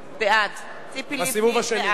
בעד